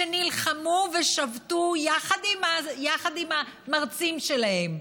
שנלחמו ושבתו יחד עם המרצים שלהם,